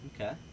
Okay